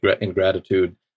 ingratitude